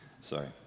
Sorry